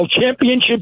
championship